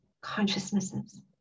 consciousnesses